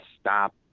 stop